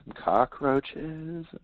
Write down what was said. cockroaches